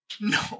no